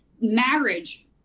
marriage